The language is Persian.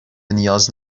نیاز